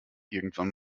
irgendwann